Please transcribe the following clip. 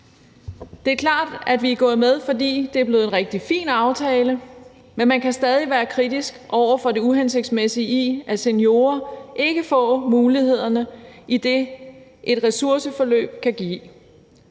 Det er klart, at vi er gået med, fordi det er blevet en rigtig fin aftale. Men man kan stadig være kritisk over for det uhensigtsmæssige i, at seniorer ikke får mulighederne i det, som et ressourceforløb kan give.